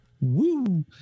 Woo